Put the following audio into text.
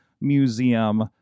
museum